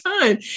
time